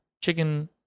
Chicken